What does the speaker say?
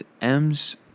M's